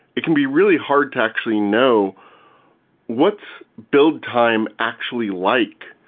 it can be really hard to actually know what's build time actually like.